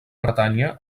bretanya